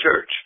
Church